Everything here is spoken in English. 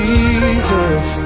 Jesus